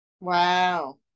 Wow